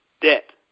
debt